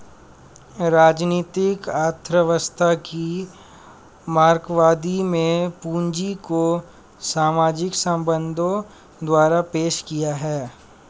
राजनीतिक अर्थव्यवस्था की मार्क्सवादी में पूंजी को सामाजिक संबंधों द्वारा पेश किया है